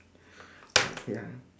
ya